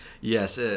Yes